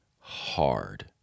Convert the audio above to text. hard